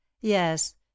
yes